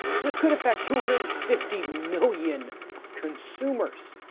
this could affect two hundred and fifty million consumers.